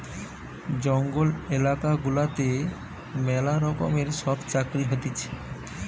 জঙ্গল এলাকা গুলাতে ম্যালা রকমের সব চাকরি হতিছে